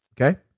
Okay